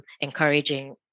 encouraging